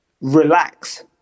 relax